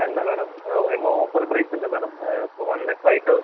തരേണ്ട മേഡം വരുമ്പോൾ offer price ഉണ്ട് മേഡം ഇപ്പം വൺ ലാക്ക് ഫൈവ് തൗസൻ്റ്